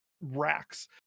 racks